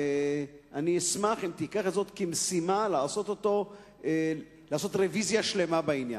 אני אשמח אם תיקח זאת כמשימה לעשות רוויזיה שלמה בעניין.